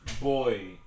Boy